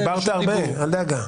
דיברת הרבה, אל דאגה.